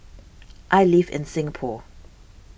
I live in Singapore